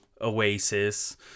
Oasis